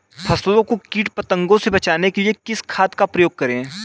फसलों को कीट पतंगों से बचाने के लिए किस खाद का प्रयोग करें?